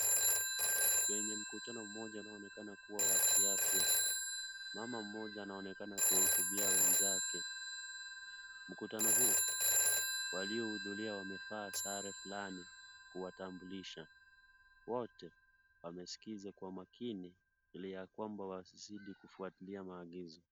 Kwenye mkutano mmoja ambao unaonekana kuwa wa kiafya. Mama mmoja anaonekana kuwahutubia wenzake. Mkutano huu, walioudhuria wamevaa sare fulani Kuwatambulisha. Wote wamesikiza kwa makini ili ya kwamba wazidi kufuatilia maagizo.